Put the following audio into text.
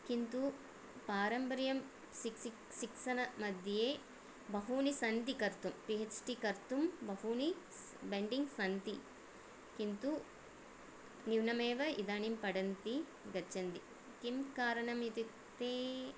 किन्तु पारम्परीयं शिक्षणं मध्ये बहूनि सन्ति कर्तुं पि हेच् डी कर्तुं बहूनि बेण्डिङ्ग् सन्ति किन्तु न्यूनमेव इदानीं पठन्ति गच्छन्ति किं कारणम् इत्युक्ते